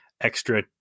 extra